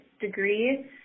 degree